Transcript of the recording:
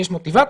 יש מוטיבציות,